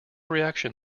reaction